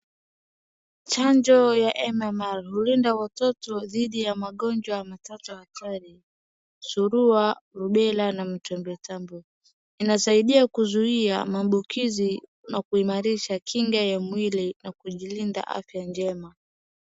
Chanjo ya MMR hulinda watoto dhidi ya magonjwa matatu hatari. Surua, rubela na matumwitumbwi. Inasaidia kuzuia maambukizi na kuimarisha kinga ya mwili na kujilinda afya njema.